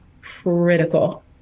critical